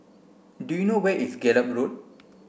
do you know where is Gallop Road